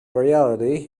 reality